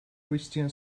christian